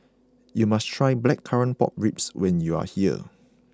you must try Blackcurrant Pork Ribs when you are here